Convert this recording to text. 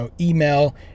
email